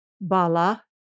Bala